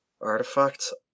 artifacts